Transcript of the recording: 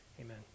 Amen